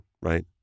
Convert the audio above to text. right